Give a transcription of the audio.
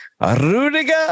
Rudiger